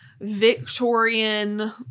Victorian